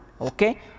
Okay